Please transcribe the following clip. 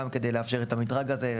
גם כדי לאפשר את המדרג הזה,